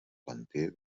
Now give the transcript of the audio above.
planter